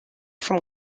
from